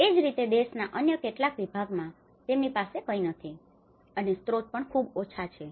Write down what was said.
એ જ રીતે દેશના અન્ય કેટલાક ભાગોમાં તેમની પાસે કંઈ નથી અને સ્રોત પણ ખૂબ ઓછા છે